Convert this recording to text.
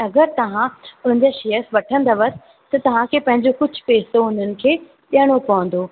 अगरि तव्हां हुन जा शेयर वठंदव त तव्हांखे पंहिंजो कुझु पैसो उन्हनि खे ॾिअणो पवंदो